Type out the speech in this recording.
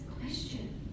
question